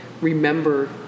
remember